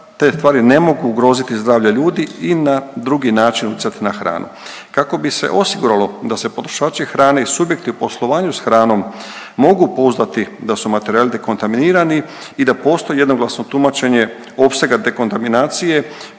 te tvari ne mogu ugroziti zdravlje ljudi i na drugi način utjecati na hranu. Kako bi se osiguralo da se potrošači hrane i subjekti u poslovanju s hranom mogu pouzdati da su materijali dekontaminirani i da postoji jednoglasno tumačenje opsega dekontaminacije